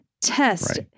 test